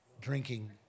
drinking